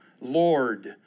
Lord